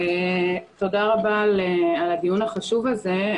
תודה רבה על הדיון החשוב הזה.